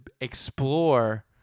explore